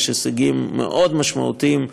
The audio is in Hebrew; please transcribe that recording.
יש הישגים מאוד משמעותיים,